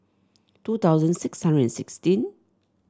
two thousand six hundred sixteen